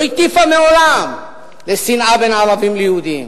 לא הטיפו מעולם לשנאה בין ערבים ליהודים.